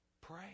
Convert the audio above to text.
Pray